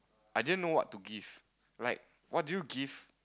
I didn't know what to give like what do you give